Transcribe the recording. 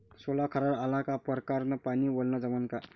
सोला खारावर आला का परकारं न पानी वलनं जमन का?